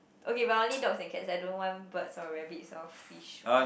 okay but only dogs and cats I don't want birds or rabbits or fish or